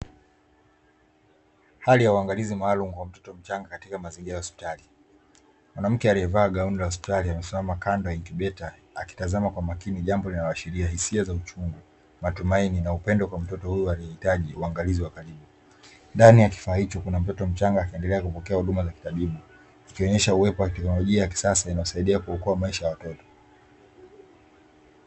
Hali ya uangalizi maalum kwa mtoto mchanga katika mazingira ya hosipitali, mwanamke aliyevaa gauni la hospitali amesoma kando inkubuta akitazama kwa makini jambo linaloashiria hisia za uchungu matumaini na upendo kwa mtoto huyu, alihitaji uangalizi wa karibu ndani ya kifaa hicho kuna mtoto mchanga akaendelea kupokea huduma za kitabibu, ukionyesha uwepo wa kiteknolojia ya kisasa inasaidia kuokoa maisha ya watoto.